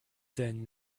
then